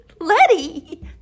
Letty